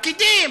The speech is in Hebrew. פקידים,